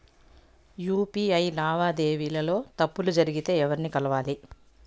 UPI లావాదేవీల లో తప్పులు జరిగితే ఎవర్ని కలవాలి?